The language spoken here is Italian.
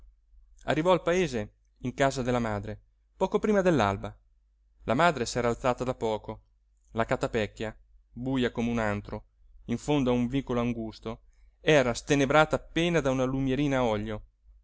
arrivò al paese in casa della madre poco prima dell'alba la madre s'era alzata da poco la catapecchia buja come un antro in fondo a un vicolo angusto era stenebrata appena da una lumierina a olio